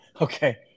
Okay